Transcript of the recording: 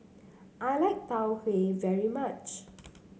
I like Tau Huay very much